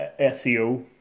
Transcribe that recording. seo